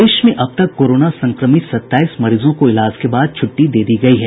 प्रदेश में अब तक कोरोना संक्रमित सत्ताईस मरीजों को इलाज के बाद छुट्टी दे दी गयी है